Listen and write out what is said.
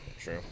True